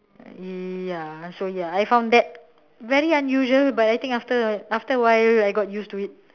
ya so ya I found that very unusual but I think after after a while I got used to it